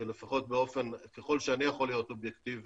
ככל שאני יכול להיות אובייקטיבי,